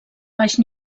baix